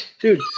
Dude